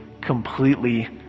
completely